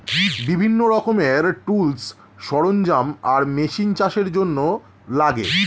বিভিন্ন রকমের টুলস, সরঞ্জাম আর মেশিন চাষের জন্যে লাগে